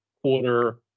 quarter